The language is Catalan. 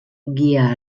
guia